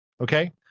okay